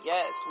Yes